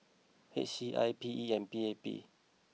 H C I P E and P A P